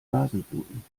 nasenbluten